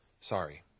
sorry